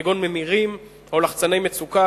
כגון ממירים או לחצני מצוקה,